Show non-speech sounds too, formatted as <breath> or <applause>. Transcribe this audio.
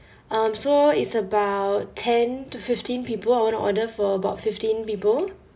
<breath> um so it's about ten to fifteen people I want to order for about fifteen people